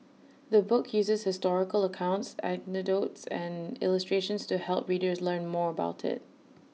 the book uses historical accounts anecdotes and illustrations to help readers learn more about IT